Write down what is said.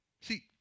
See